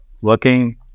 working